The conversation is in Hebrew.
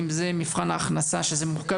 אם זה מבחן ההכנסה,